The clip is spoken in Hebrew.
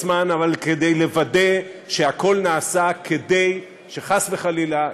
אבל כדי לוודא שהכול נעשה כדי שחס וחלילה,